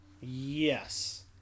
Yes